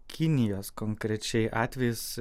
kinijos konkrečiai atvejis